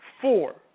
four